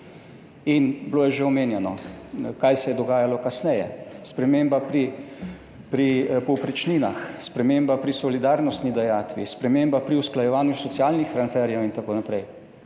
In bilo je že omenjeno, kaj se je dogajalo kasneje – sprememba pri povprečninah, sprememba pri solidarnostni dajatvi, sprememba pri usklajevanju socialnih transferjev in tako naprej.